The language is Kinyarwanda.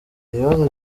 ibibazo